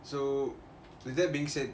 so with that being said